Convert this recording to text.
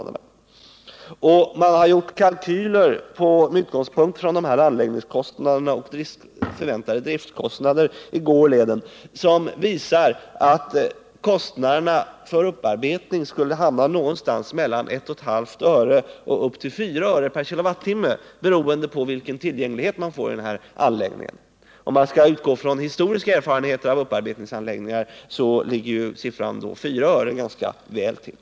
Det har gjorts kalkyler med utgångspunkt i förväntade anläggningskostnader och driftkostnader i Gorleben, och dessa kalkyler visar att kostnaderna för upparbetning skulle uppgå till mellan 1,5 öre och 4 öre per kilowattimme, beroende på vilken tillgänglighet man får i anläggningen. Utgår man från historiska erfarenheter av upparbetningsanläggningar, ligger 4 öre ganska väl till.